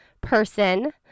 person